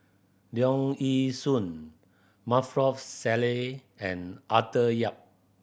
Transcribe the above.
Leong Yee Soo Maarof Salleh and Arthur Yap